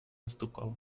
estocolm